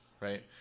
Right